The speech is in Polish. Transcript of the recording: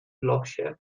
losie